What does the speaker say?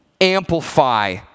amplify